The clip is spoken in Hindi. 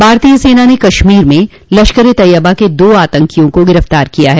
भारतीय सेना ने कश्मीर में लश्करे तैयबा के दो आतंकवादियों का गिरफ्तार किया ह